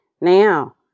Now